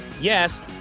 Yes